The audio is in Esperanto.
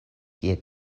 kie